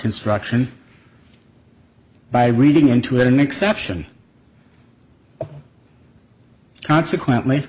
construction by reading into it an exception consequently